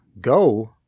go